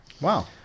Wow